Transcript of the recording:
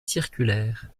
circulaire